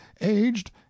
aged